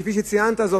כפי שציינת זאת,